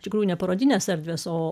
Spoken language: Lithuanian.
iš tikrųjų ne parodinės erdvės o